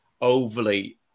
overly